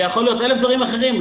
זה יכול להיות אלף דברים אחרים,